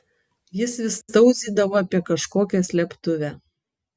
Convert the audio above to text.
jis vis tauzydavo apie kažkokią slėptuvę